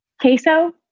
Queso